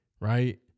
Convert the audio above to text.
right